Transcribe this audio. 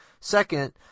second